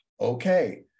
okay